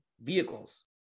vehicles